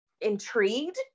intrigued